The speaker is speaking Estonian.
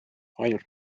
ainult